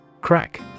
Crack